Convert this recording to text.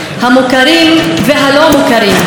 המוכרים והלא-מוכרים,